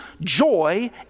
joy